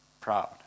proud